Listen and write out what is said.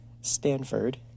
Stanford